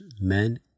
men